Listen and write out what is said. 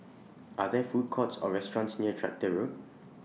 Are There Food Courts Or restaurants near Tractor Road